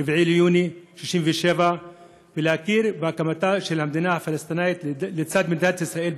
ביוני 67'; ולהכיר בהקמתה של המדינה הפלסטינית לצד מדינת ישראל,